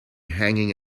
hanging